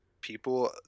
people